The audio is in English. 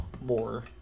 more